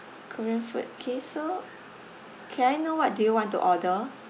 korean food K so can I know what do you want to order